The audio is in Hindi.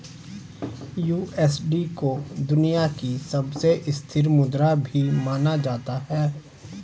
यू.एस.डी को दुनिया की सबसे स्थिर मुद्रा भी माना जाता है